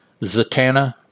Zatanna